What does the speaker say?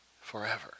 forever